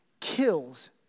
kills